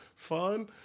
fun